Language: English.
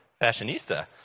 fashionista